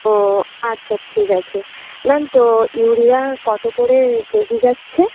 ও আচ্ছা ঠিক আছে ম্যাম তো ইউরিয়া কতো করে কেজি যাচ্ছে